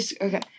okay